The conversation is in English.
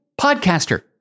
podcaster